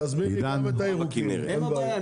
תזמיני גם את הירוקים, אין בעיה.